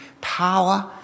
power